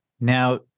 now